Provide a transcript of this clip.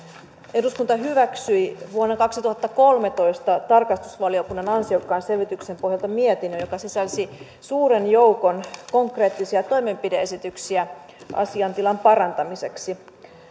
eduskunta hyväksyi vuonna kaksituhattakolmetoista tarkastusvaliokunnan ansiokkaan selvityksen pohjalta mietinnön joka sisälsi suuren joukon konkreettisia toimenpide esityksiä asiantilan parantamiseksi